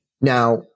Now